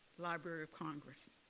library of congress.